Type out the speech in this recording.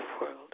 world